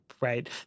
right